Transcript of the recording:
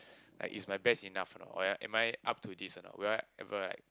like it's my best enough or not or I am I up to this or not will I ever like